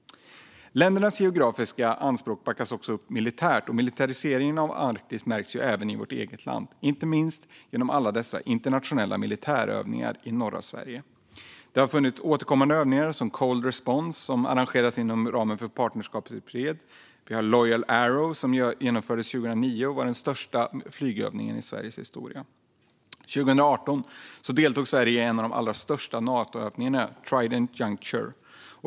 Ländernas geografiska anspråk backas också upp militärt, och militariseringen av Arktis märks även i vårt eget land - inte minst genom alla dessa internationella militärövningar i norra Sverige. Det har varit återkommande övningar, till exempel Cold Response, som arrangeras inom ramen för Partnerskap för fred. Vi har även Loyal Arrow, som genomfördes 2009 och var den största flygövningen i Sveriges historia. År 2018 deltog Sverige i en av de allra största Natoövningarna, nämligen Trident Juncture.